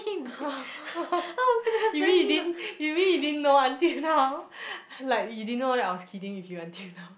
you mean you didn't you mean you didn't know until now like you didn't know that I was kidding with you until now